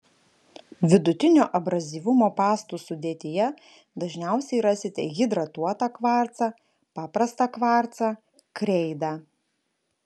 vidutinio abrazyvumo pastų sudėtyje dažniausiai rasite hidratuotą kvarcą paprastą kvarcą kreidą